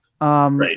Right